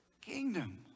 kingdom